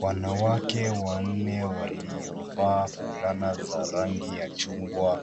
Wanawake wanne waliovaa fulana za rangi ya chungwa.